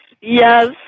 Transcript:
Yes